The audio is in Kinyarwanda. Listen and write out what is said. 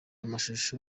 amashusho